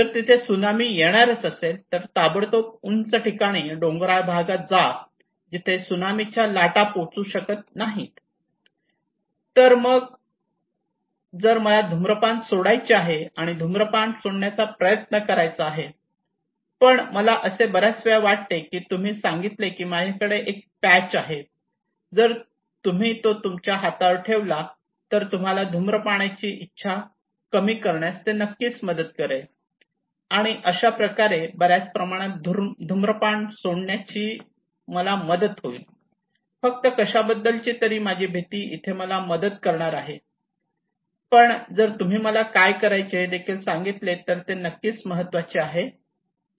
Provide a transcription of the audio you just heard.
जर तिथे सुनामी येणार असेल तर ताबडतोब उंच ठिकाणी डोंगराळ भागात जा जिथे सुनामीच्या लाटा पोचू शकत नाही तर मग जर मला धूम्रपान सोडायचे आहे आणि धूम्रपान सोडण्याचा प्रयत्न करायचा आहे पण मला असे बऱ्याच वेळा वाटते तेव्हा तुम्ही सांगितले की माझ्याकडे एक पॅच आहे आणि जर तुम्ही तो तुमच्या हातावर ठेवला तर तुम्हाला धुम्रपानासाठीची इच्छा कमी करण्यास ते नक्कीच मदत करेल आणि अशा प्रकारे बऱ्याच प्रमाणात धूम्रपान सोडण्यास याची मला मदत होईल फक्त कशाबद्दलची तरी माझी भीती इथे मला मदत करणार आहे पण जर तुम्ही मला काय करायचे हे देखील सांगितले तर ते नक्कीच महत्त्वाचे आहे